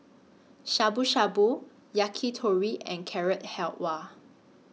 Shabu Shabu Yakitori and Carrot Halwa